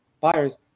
buyers